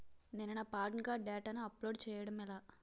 నేను నా PAN card డేటాను అప్లోడ్ చేయడం ఎలా?